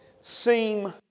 seem